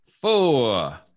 four